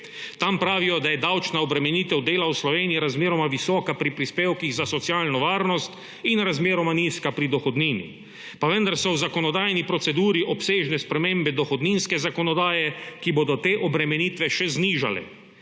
Tam pravijo, da je davčna obremenitev dela v Sloveniji razmeroma visoka pri prispevkih za socialno varnost in razmeroma nizka pri dohodnini, pa vendar so v zakonodajni proceduri obsežne spremembe dohodninske zakonodaje, ki bodo te obremenitve še znižale.